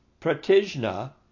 Pratijna